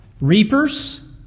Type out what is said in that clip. reapers